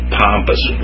pompous